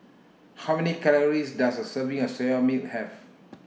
How Many Calories Does A Serving of Soya Milk Have